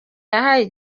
yahaye